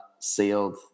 sealed